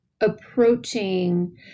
approaching